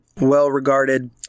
well-regarded